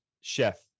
Chef